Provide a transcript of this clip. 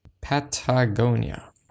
Patagonia